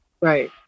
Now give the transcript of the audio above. Right